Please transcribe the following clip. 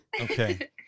Okay